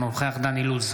אינו נוכח דן אילוז,